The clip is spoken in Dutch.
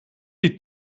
die